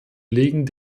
legen